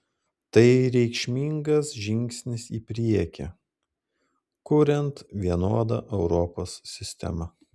tai reikšmingas žingsnis į priekį kuriant vienodą europos sistemą